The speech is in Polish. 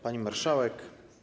Pani Marszałek!